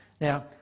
Now